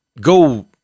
go